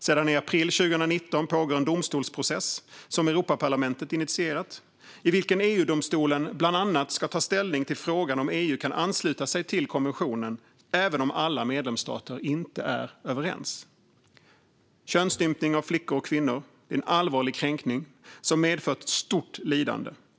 Sedan i april 2019 pågår en domstolsprocess som Europaparlamentet initierat, i vilken EU-domstolen bland annat ska ta ställning till frågan om EU kan ansluta sig till konventionen även om alla medlemsstater inte är överens. Könsstympning av flickor och kvinnor är en allvarlig kränkning som medför ett stort lidande.